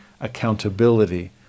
accountability